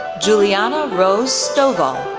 giuliana rose stovall,